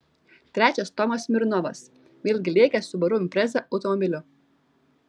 trečias tomas smirnovas vėlgi lėkęs subaru impreza automobiliu